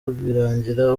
rwirangira